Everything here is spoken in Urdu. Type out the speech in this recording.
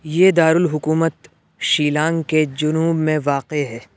یہ دارالحکومت شیلانگ کے جنوب میں واقع ہے